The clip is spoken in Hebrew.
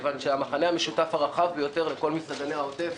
מכיוון שהמחנה המשותף הרחב ביותר לכל מסעדני העוטף